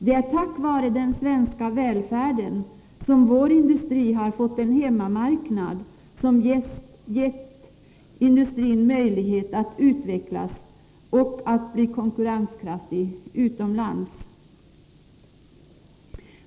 Det är tack vare den svenska välfärden som vår industri har fått en hemmamarknad och därmed också möjlighet att utvecklas och att bli konkurrenskraftig utomlands.